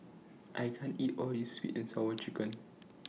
I can't eat All of This Sweet and Sour Chicken